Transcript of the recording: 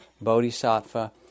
bodhisattva